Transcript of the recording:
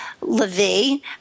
Levy